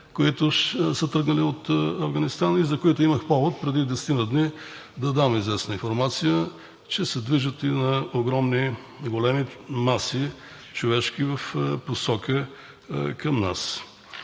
които са тръгнали от Афганистан, и за които имах повод преди десетина дни да дам известна информация, че се движат на огромни, големи човешки маси в посока към нас.